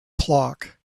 clock